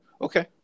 Okay